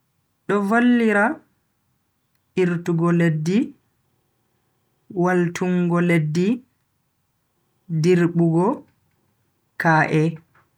do vallira irtugo leddi, waltungo leddi, dirbugo kaa'e